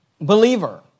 believer